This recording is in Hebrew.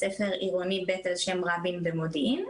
ספר עירוני ב' על שם רבין במודיעין,